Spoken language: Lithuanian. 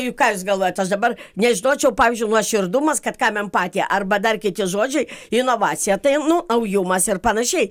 juk ką jūs galvojat aš dabar nežinočiau pavyzdžiui nuoširdumas kad kam empatija arba dar kiti žodžiai inovacija tai nu naujumas ir panašiai